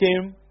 came